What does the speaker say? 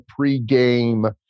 pregame –